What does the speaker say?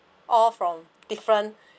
all from different